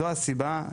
זו הסיבה,